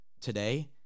today